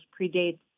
predates